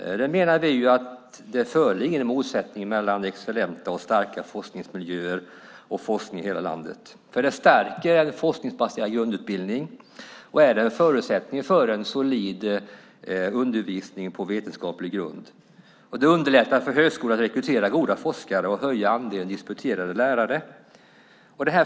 Vi menar att det inte föreligger någon motsättning mellan excellenta och starka forskningsmiljöer och forskning i hela landet. Det stärker nämligen en forskningsbaserad grundutbildning och är en förutsättning för en solid undervisning på vetenskaplig grund. Det underlättar också för högskolan att rekrytera goda forskare och höja andelen disputerade lärare.